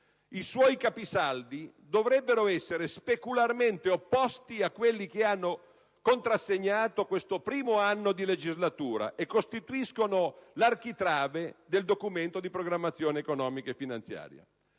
i suoi capisaldi dovrebbero essere specularmente opposti a quelli che hanno contrassegnato questo primo anno di legislatura e che costituiscono l'architrave del Documento di programmazione economico-finanziaria.